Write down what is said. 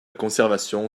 conservation